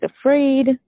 afraid